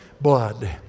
blood